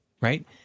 Right